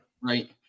Right